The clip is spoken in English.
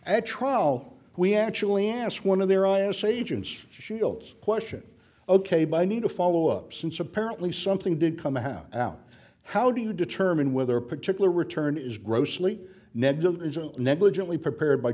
at trial we actually asked one of their i r s agents shields question ok by need to follow up since apparently something did come out now how do you determine whether a particular return is grossly negligent negligently prepared by